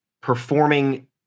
performing